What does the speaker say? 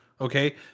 okay